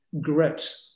grit